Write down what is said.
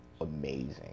amazing